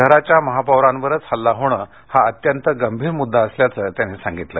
शहराच्या महापौरांवरच हल्ला होणं हा अत्यंत गंभीर मुद्दा असल्याचं त्यांनी सांगितलं